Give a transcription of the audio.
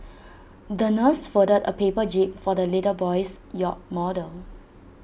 the nurse folded A paper jib for the little boy's yacht model